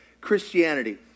Christianity